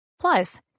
Plus